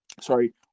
sorry